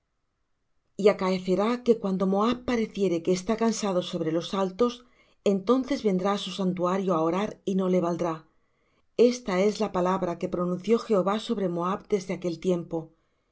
y acaecerá que cuando moab pareciere que está cansado sobre los altos entonces vendrá á su santuario á orar y no le valdrá esta es la palabra que pronunció jehová sobre moab desde aquel tiempo